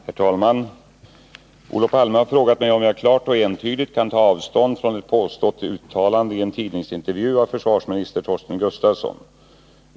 Herr talman! Olof Palme har frågat mig om jag klart och entydigt kan ta avstånd från ett påstått uttalande i en tidningsintervju av försvarsminister Torsten Gustafsson.